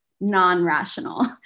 non-rational